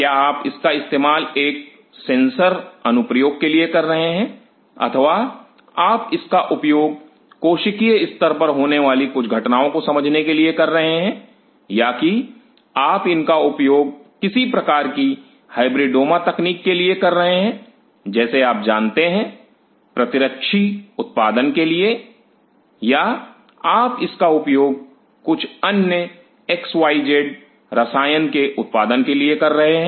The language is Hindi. क्या आप इसका इस्तेमाल एक सेंसर अनुप्रयोग के लिए कर रहे हैं अथवा आप इसका उपयोग कोशिकीय स्तर पर होने वाली कुछ घटनाओं को समझने के लिए कर रहे हैं या कि आप इनका उपयोग किसी प्रकार की हाइब्रीडोमा तकनीक के लिए कर रहे हैं जैसे आप जानते हैं प्रतिरक्षी उत्पादन के लिए या आप इसका उपयोग कुछ अन्य x y z x y z रसायन के उत्पादन के लिए कर रहे हैं